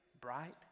bright